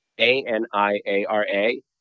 A-N-I-A-R-A